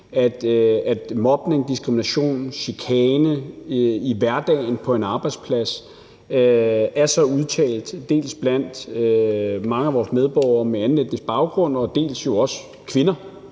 at mobning, diskrimination og chikane i hverdagen på en arbejdsplads er så udtalt, dels blandt mange af vores medborgere med anden etnisk baggrund, dels jo også blandt